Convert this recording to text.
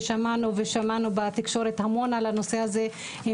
ושמענו בתקשורת המון על הנושא הזה,